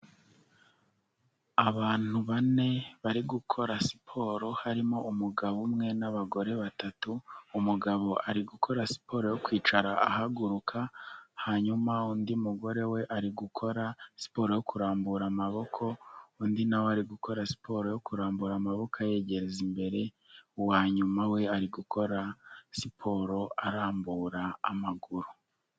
Abantu bane bari gukora siporo, harimo umugabo umwe n'abagore batatu, umugabo ari gukora siporo yo kwicara ahaguruka, hanyuma undi mugore we ari gukora siporo yo kurambura amaboko, undi na we ari gukora siporo yo kurambura amaboko ayegereza imbere, uwa nyuma we ari gukora siporo arambura amaguru.